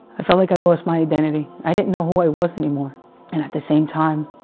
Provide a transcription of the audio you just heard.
i felt like i'd lost, my identity i didn't know, who i was anymore and at the same time,